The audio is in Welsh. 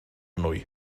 nwy